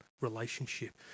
relationship